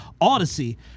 odyssey